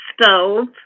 stove